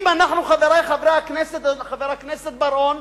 אם אנחנו, חברי חברי הכנסת, חבר הכנסת בר-און,